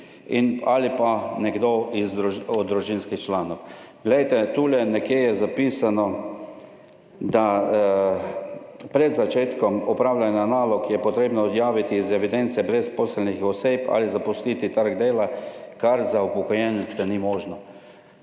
ali pa nekdo iz družinskih članov. Glejte, tule nekje je zapisano, da pred začetkom opravljanja nalog je potrebno odjaviti iz evidence brezposelnih oseb ali zapustiti trg dela, kar za upokojence ni možno.